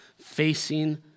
facing